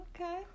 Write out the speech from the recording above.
okay